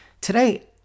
Today